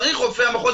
צריך רופא המחוז,